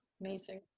amazing